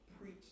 preach